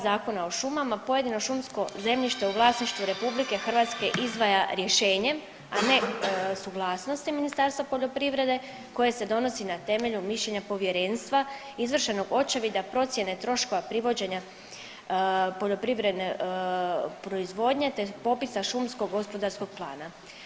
Zakona o šumama pojedino šumsko zemljište u vlasništvu RH izdvaja rješenjem, a ne suglasnosti Ministarstva poljoprivrede koje se donosi na temelju mišljenja povjerenstva, izvršenog očevida procjene troškova privođenja poljoprivredne proizvodnje te popisa šumsko-gospodarskog plana.